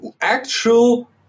Actual